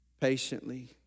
Patiently